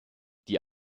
die